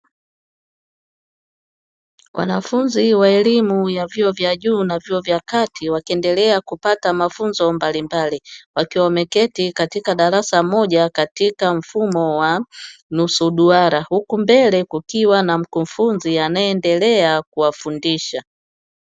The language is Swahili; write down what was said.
Wanafunzi wa elimu ya juu ya vyuo vikuu na vyuo vya kati wakiendelea kupata mafunzo mbalimbali; wakiwa wameketi katika darasa moja katika mfumo wa nusu duara huku mbele kukiwa na mkufunzi anayeendelea kuwafundisha.